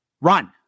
run